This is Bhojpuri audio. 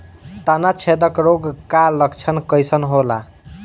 तना छेदक रोग का लक्षण कइसन होला?